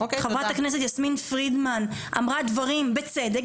חברת הכנסת יסמין פרידמן אמרה דברים בצדק,